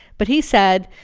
but he said,